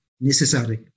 necessary